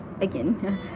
again